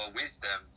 wisdom